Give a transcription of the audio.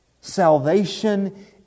Salvation